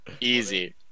Easy